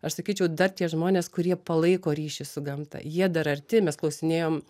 aš sakyčiau dar tie žmonės kurie palaiko ryšį su gamta jie dar arti mes klausinėjom